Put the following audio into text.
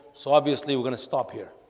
so obviously we're gonna stop here